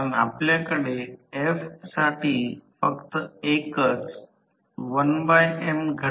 तर त्यावेळी कारण हे किलोवॅट आहे पॉवर फॅक्टर द्वारे विभाजित केले तर KVA सिद्ध होईल